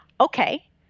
Okay